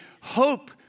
hope